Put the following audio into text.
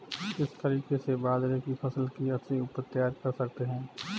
किस तरीके से बाजरे की फसल की अच्छी उपज तैयार कर सकते हैं?